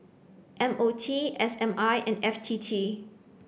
M O T S M I and F T T